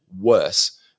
worse